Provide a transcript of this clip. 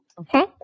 Okay